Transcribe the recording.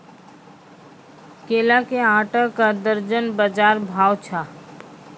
केला के आटा का दर्जन बाजार भाव छ?